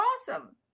awesome